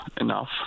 enough